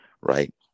Right